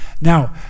now